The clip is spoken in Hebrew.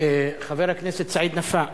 חבר הכנסת סעיד נפאע.